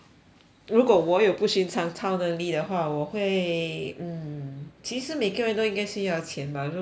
如果我有不寻常超能力的话我会 mm 其实每个人都应该需要钱 bah 就 ya lor